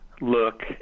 look